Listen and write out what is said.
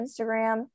Instagram